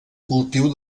cultiu